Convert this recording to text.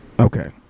Okay